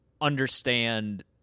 understand